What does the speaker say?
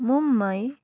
Mumbai